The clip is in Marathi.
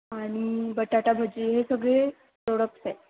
आणि बटाटा भजी हे सगळे प्रोडक्टस आहेत